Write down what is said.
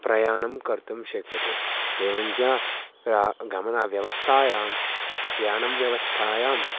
प्रयाणं कर्तुं शक्यते एवञ्च गमनव्यवस्थायां यानं व्यवस्थायां